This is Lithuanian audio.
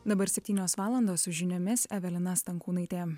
dabar septynios valandos su žiniomis evelina stankūnaitė